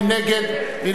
מי נגד?